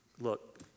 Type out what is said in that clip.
look